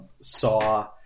saw